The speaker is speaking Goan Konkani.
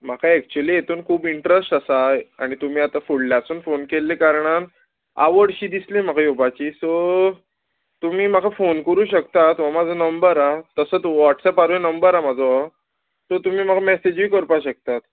म्हाका एक्चुली हितून खूब इंट्रस्ट आसा आनी तुमी आतां फुडल्यासून फोन केल्ले कारणान आवडशी दिसली म्हाका येवपाची सो तुमी म्हाका फोन करूं शकतात हो म्हाजो नंबर आहा तसो वॉट्सॅपारूय नंबर आहा म्हाजो सो तुमी म्हाका मॅसेजूय करपा शकतात